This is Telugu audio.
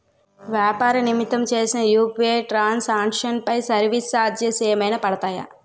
వ్యాపార నిమిత్తం చేసిన యు.పి.ఐ ట్రాన్ సాంక్షన్ పై సర్వీస్ చార్జెస్ ఏమైనా పడతాయా?